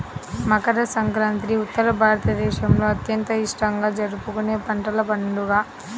మకర సంక్రాంతి ఉత్తర భారతదేశంలో అత్యంత ఇష్టంగా జరుపుకునే పంటల పండుగ